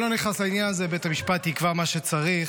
אני לא נכנס לעניין הזה, בית המשפט יקבע מה שצריך.